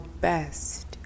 best